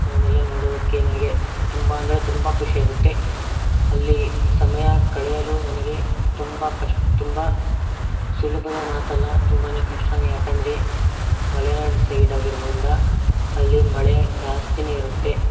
ಅವನ್ನೆಲ್ಲ ನೋಡೋದಕ್ಕೆ ನನಗೆ ತುಂಬ ಅಂದರೆ ತುಂಬ ಖುಷಿಯಾಗುತ್ತೆ ಅಲ್ಲಿ ಸಮಯ ಕಳೆಯಲು ನನಗೆ ತುಂಬ ಕಷ್ಟ ತುಂಬ ಸುಲಭದ ಮಾತಲ್ಲ ತುಂಬಾ ಕಷ್ಟಾ ಯಾಕಂದರೆ ಮಲೆನಾಡು ಸೈಡ್ ಆಗಿರೋದ್ರಿಂದ ಅಲ್ಲಿ ಮಳೆ ಜಾಸ್ತಿನೇ ಇರುತ್ತೆ